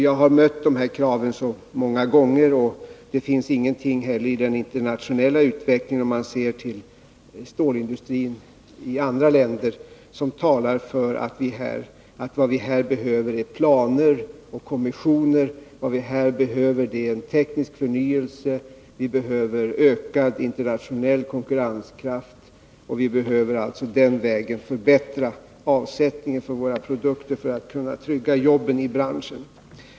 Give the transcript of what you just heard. Jag har mött den här typen av krav många gånger. Om man ser på stålindustrin i andra länder kan man konstatera att det inte heller i den internationella utvecklingen finns någonting som talar för att vad vi här behöver är planer och kommissioner. Vad vi behöver är teknisk förnyelse och ökad internationell konkurrenskraft. Det är den vägen vi måste förbättra avsättningen för våra produkter, så att vi kan trygga jobben i branschen.